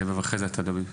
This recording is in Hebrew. ואחרי כן אתה תדבר דובי.